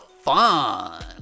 fun